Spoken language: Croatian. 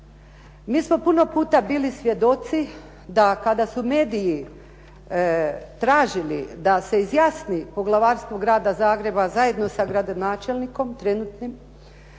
Mi smo puno puta bili svjedoci da kada su mediji tražili da se izjasni poglavarstvo grada Zagreba zajedno sa gradonačelnikom trenutnim,